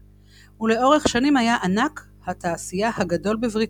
ולאורך שנים היה ענק התעשייה הגדול בבריטניה.